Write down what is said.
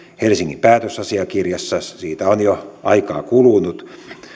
helsingin päätösasiakirjassa siitä on jo aikaa kulunut